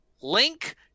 link